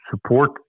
support